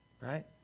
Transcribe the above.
Right